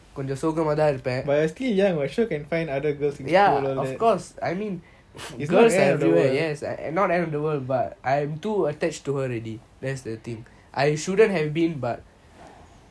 but you are still young [what] you still can find other girls it's not the end of the world